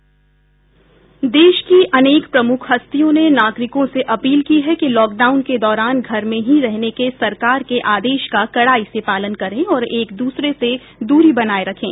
देश की अनेक प्रमुख हस्तियों ने नागरिकों से अपील की है कि लॉकडाउन के दौरान घर में ही रहने के सरकार के आदेश का कड़ाई से पालन करें और एक दूसरे से दूरी बनाए रखें